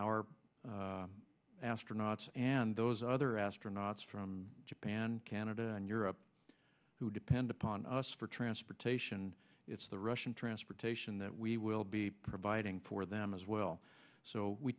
our astronauts and those other astronauts from japan canada and europe who depend upon us for transportation it's the russian transportation that we will be providing for them as well so we